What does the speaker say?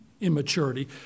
immaturity